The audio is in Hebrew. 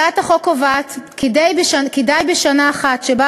הצעת החוק קובעת כי די בשנה אחת שבה